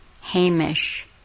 Hamish